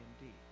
indeed